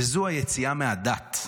וזאת היציאה מהדת.